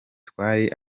twari